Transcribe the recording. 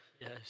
Yes